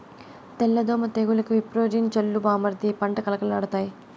తెల్ల దోమ తెగులుకి విప్రోజిన్ చల్లు బామ్మర్ది పంట కళకళలాడతాయి